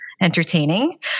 entertaining